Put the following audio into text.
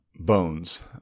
bones